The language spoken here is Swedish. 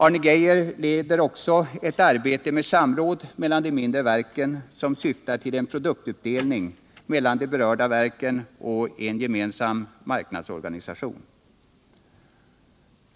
Arne Geijer leder också ett arbete med samråd mellan de mindre verken, som syftar till en produktuppdelning mellan de berörda verken och en gemensam marknadsorganisation.